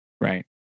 right